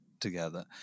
together